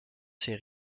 ses